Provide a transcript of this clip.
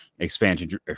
expansion